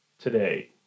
today